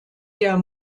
der